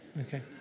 Okay